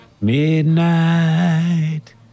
Midnight